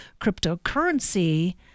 cryptocurrency